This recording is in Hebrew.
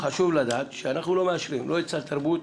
חשוב לדעת שאנחנו לא מאשרים את סל התרבות,